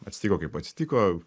atsitiko kaip atsitiko